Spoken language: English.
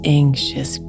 anxious